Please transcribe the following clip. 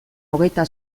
hogeita